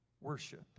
worship